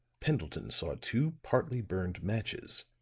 pendleton saw two partly burned matches,